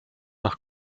nach